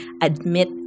Admit